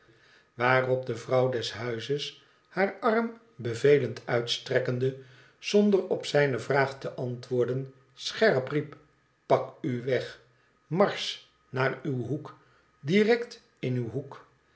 waarop de vrouw des huizes haar arm bevelend uitstrekkende zonder op zijne vraag te antwoorden scherp riep tpak uweg marsch naar uw hoek direct in uw hoek